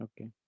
okay